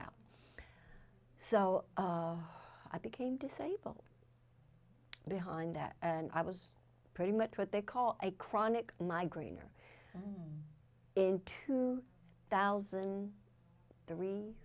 out so i became disabled behind that and i was pretty much what they call a chronic migraine or and in two thousand three